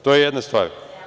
To je jedna stvar.